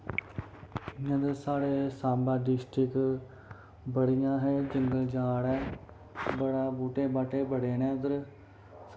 जि'यां के साढ़े सांबा डिस्टिक बड़ियां ही जंगल जाड़ ऐ बड़े बूह्टे बाह्टे बड़े नै इध्दर